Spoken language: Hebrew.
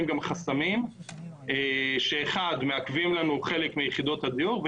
גם חסמים שמעכבים לנו את בניית יחידת הדיור.